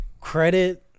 credit